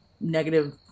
negative